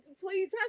please